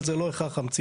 אבל זה לא הכרח המציאות.